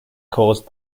caused